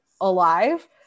alive